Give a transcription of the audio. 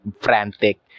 frantic